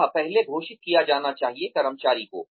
वह पहले घोषित किया जाना चाहिए कर्मचारी को